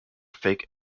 fake